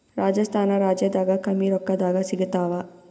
ರಾಜಸ್ಥಾನ ರಾಜ್ಯದಾಗ ಕಮ್ಮಿ ರೊಕ್ಕದಾಗ ಸಿಗತ್ತಾವಾ?